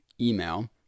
email